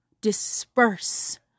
disperse